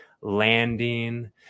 landing